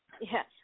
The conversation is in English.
Yes